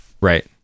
Right